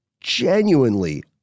genuinely